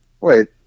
wait